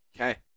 Okay